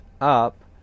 up